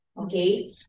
Okay